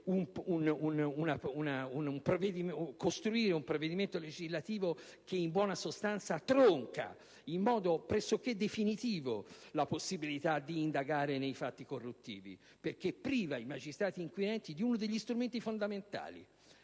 costruire un provvedimento legislativo che, in buona sostanza, tronca, in modo pressoché definitivo, la possibilità di indagare sui fatti corruttivi, in quanto priva i magistrati inquirenti di uno degli strumenti fondamentali.